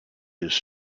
his